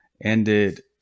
ended